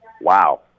Wow